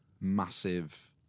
massive